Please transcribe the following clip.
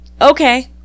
Okay